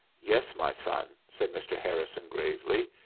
yes, my son, said mr. harrison gravely.